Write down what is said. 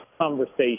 conversation